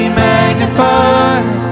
magnified